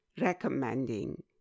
recommending